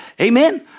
Amen